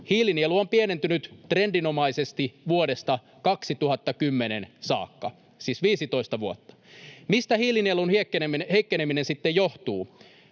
Hiilinielu on pienentynyt trendinomaisesti vuodesta 2010 saakka, siis 15 vuotta. Mistä hiilinielun heikkeneminen sitten johtuu?